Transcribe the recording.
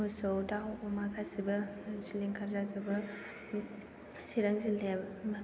मोसौ दाउ अमा गासैबो सिलिंखार जाजोबो सिरां जिल्लायाव